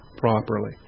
properly